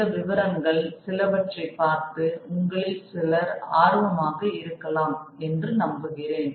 இந்த விவகாரங்கள் சிலவற்றைப் பார்த்து உங்களில் சிலர் ஆர்வமாக இருக்கலாம் என்று நம்புகிறோம்